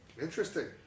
Interesting